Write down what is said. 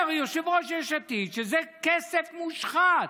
אומר יושב-ראש יש עתיד שזה כסף מושחת.